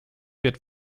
wird